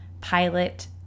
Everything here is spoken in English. pilot